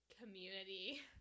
community